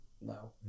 No